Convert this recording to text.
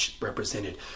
represented